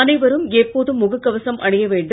அனைவரும் எப்போதும் முகக் கவசம் அணிய வேண்டும்